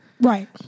Right